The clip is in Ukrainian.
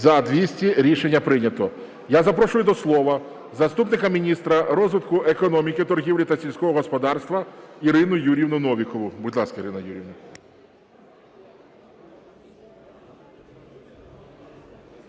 За-200 Рішення прийнято. Я запрошую до слова заступника міністра розвитку економіки, торгівлі та сільського господарства Ірину Юріївну Новікову. Будь ласка, Ірина Юріївна.